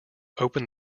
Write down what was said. open